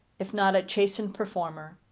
if not a chastened performer.